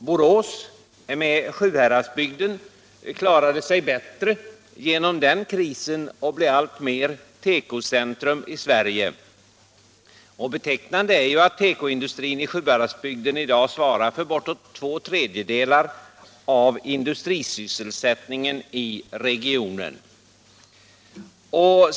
Borås med Sjuhäradsbygden klarade sig bättre genom den krisen och blev alltmer tekocentrum i Sverige. Betecknande är att tekoindustrin i Sjuhäradsbygden i dag svarar för bortåt två tredjedelar av industrisysselsättningen i regionen.